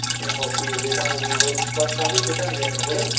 ਆਪਣੇ ਹੋਕੀ ਦੀ ਖੇਡਾਂ ਹੋ ਗਈਆਂ ਹੋਰ ਬ ਕਾਫ਼ੀ ਖੇਡਾਂ ਨੇ ਜੀ ਆਪਣੇ ਕੋਲ